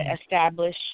establish